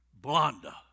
Blonda